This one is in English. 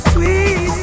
Sweet